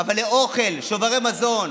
אבל לאוכל, שוברי מזון.